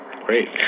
Great